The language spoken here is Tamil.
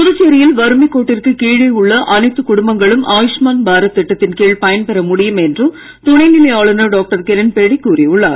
புதுச்சேரியில் வறுமை கோட்டிற்கு கீழே உள்ள அனைத்து குடும்பங்களும் ஆயுஷ்மான் பாரத் திட்டத்தின் கீழ் பயன்பெற முடியும் என்று துணைநிலை ஆளுநர் டாக்டர் கிரண்பேடி கூறியுள்ளார்